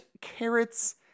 carrots